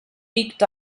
picked